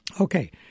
okay